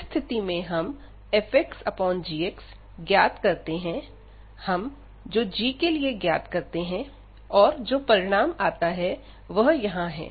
इस स्थिति में हम fxgx ज्ञात करते हैं हम जो g के लिए ज्ञात करते हैं और जो परिणाम आता है वह यहां है